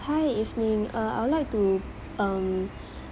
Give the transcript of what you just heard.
hi evening uh I would like to um